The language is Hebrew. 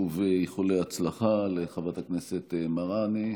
ושוב איחולי הצלחה לחברת הכנסת מראענה.